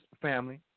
family